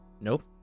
Nope